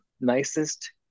nicest